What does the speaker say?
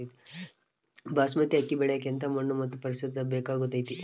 ಬಾಸ್ಮತಿ ಅಕ್ಕಿ ಬೆಳಿಯಕ ಎಂಥ ಮಣ್ಣು ಮತ್ತು ಪರಿಸರದ ಬೇಕಾಗುತೈತೆ?